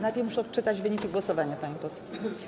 Najpierw muszę odczytać wyniki głosowania, pani poseł.